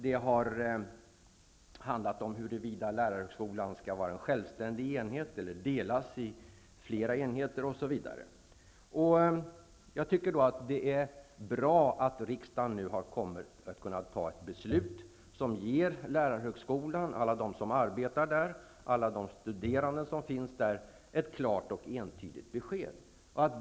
Det har handlat om huruvida lärarhögskolan skall vara en självständig enhet eller delas på fler enheter osv. Jag tycker att det är bra att riksdagen nu har kommit så långt att man kan fatta ett beslut som ger lärarhögskolan, alla de som arbetar där och alla de studerande som finns där ett klart och entydigt besked.